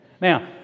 Now